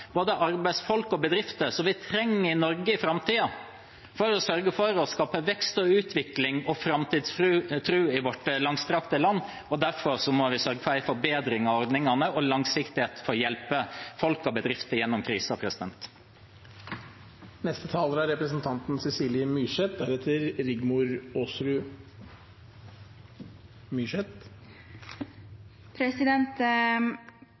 Norge i framtiden for å sørge for å skape vekst og utvikling og framtidstro i vårt langstrakte land. Derfor må vi sørge for en forbedring av ordningene og langsiktighet for å hjelpe folk og bedrifter gjennom krisen. Jeg merket meg ordbruken til representanten